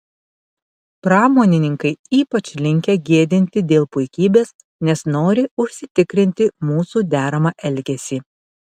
pramonininkai ypač linkę gėdinti dėl puikybės nes nori užsitikrinti mūsų deramą elgesį